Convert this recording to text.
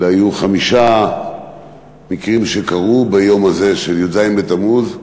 אלא היו חמישה מקרים שקרו ביום הזה של י"ז בתמוז: